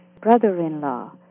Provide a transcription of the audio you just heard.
brother-in-law